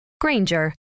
Granger